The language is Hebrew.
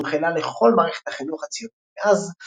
שהונחלה לכל מערכת החינוך הציונית מאז.